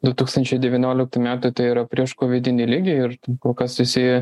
du tūkstančiai devynioliktų metų tai yra prieškovidinį lygį ir kol kas visi